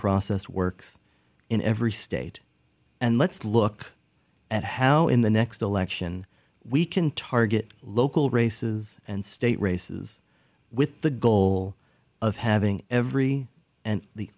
process works in every state and let's look at how in the next election we can target local races and state races with the goal of having every and the